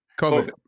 COVID